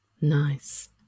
Nice